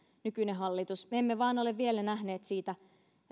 me emme vain ole vielä nähneet siitä